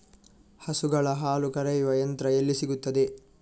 ಹಸುಗಳ ಹಾಲು ಕರೆಯುವ ಯಂತ್ರ ಎಲ್ಲಿ ಸಿಗುತ್ತದೆ?